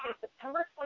September